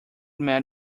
met